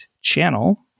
channel